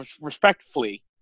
respectfully